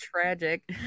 tragic